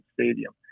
stadium